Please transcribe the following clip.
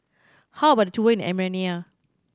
how about a tour in Armenia